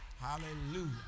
Hallelujah